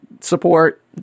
support